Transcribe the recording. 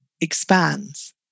expands